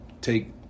take